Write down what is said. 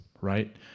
right